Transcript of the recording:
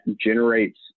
generates